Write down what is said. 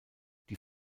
die